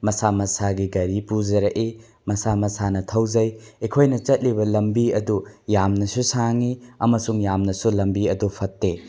ꯃꯁꯥ ꯃꯁꯥꯒꯤ ꯒꯥꯔꯤ ꯄꯨꯖꯥꯔꯛꯏ ꯃꯁꯥ ꯃꯁꯥꯅ ꯊꯧꯖꯩ ꯑꯩꯈꯣꯏꯅ ꯆꯠꯂꯤꯕ ꯂꯝꯕꯤ ꯑꯗꯨ ꯌꯥꯝꯅꯁꯨ ꯁꯥꯡꯏ ꯑꯃꯁꯨꯡ ꯌꯥꯝꯅꯁꯨ ꯂꯝꯕꯤ ꯑꯗꯨ ꯐꯠꯇꯦ